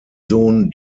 sohn